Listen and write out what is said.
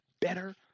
better